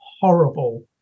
horrible